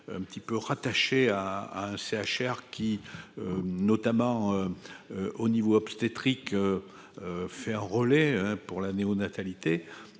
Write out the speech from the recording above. un petit peu rattaché à à un CHR qui, notamment au niveau obstétrique fait enrôler pour la néo-natalité